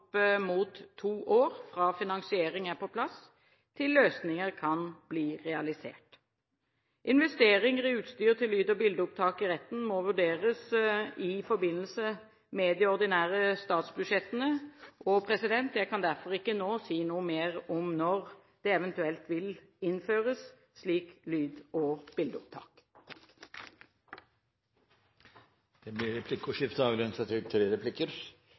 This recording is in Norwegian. mot to år fra finansiering er på plass til løsninger kan bli realisert. Investeringer i utstyr til lyd- og bildeopptak i retten må vurderes i forbindelse med de ordinære statsbudsjettene. Jeg kan derfor ikke nå si noe mer om når det eventuelt vil innføres slikt lyd- og bildeopptak. Det blir